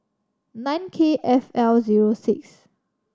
nine K F L zero six